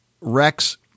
Rex